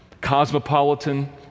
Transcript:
Cosmopolitan